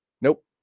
Nope